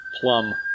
plum